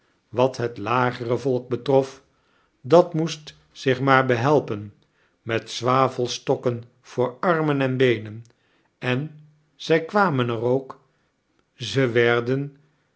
wat het lagere volk betrof dat moest zich maar behelpen met zwavelstokken voor armen en beenem en zij kwamen er ook ze weirden